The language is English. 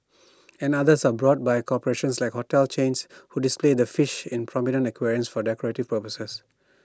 and others are brought by corporations like hotel chains who display the fish in prominent aquariums for decorative purposes